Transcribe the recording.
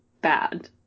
bad